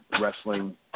wrestling